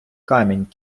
камінь